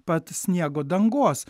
pat sniego dangos